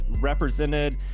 represented